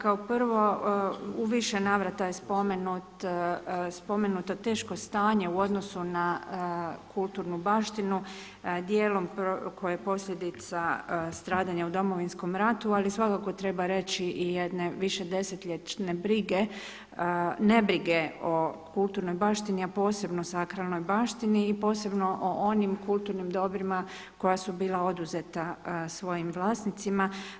Kao prvo u više navrata je spomenuto teško stanje u odnosu na kulturnu baštinu, dijelom koja je posljedica stradanja u Domovinskom ratu ali svakako treba reći i jedne višedesetljetne brige, ne brige o kulturnoj baštini a posebno sakralnoj baštini i posebno o onim kulturnim dobrima koja su bila oduzeta svojim vlasnicima.